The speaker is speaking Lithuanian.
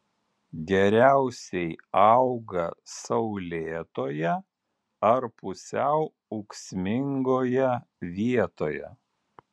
geriausiai auga saulėtoje ar pusiau ūksmingoje vietoje